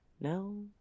no